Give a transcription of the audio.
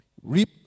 Reap